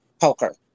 poker